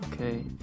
okay